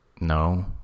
No